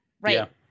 Right